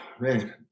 man